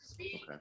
Okay